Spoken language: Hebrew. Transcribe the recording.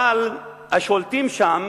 אבל השולטים שם